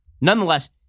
Nonetheless